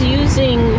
using